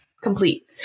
complete